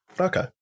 Okay